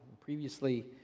Previously